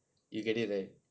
you get it right